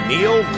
Neil